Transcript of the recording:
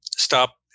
Stop